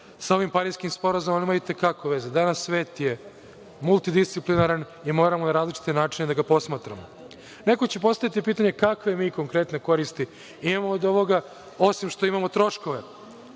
sa ovim Pariskim sporazumom, ali imaju i te kako veze. Danas je svet multidisciplinaran i moramo na različite načine da ga posmatramo. Neko će postaviti pitanje - kakve mi konkretne koristi imamo od ovoga, osim što imamo troškove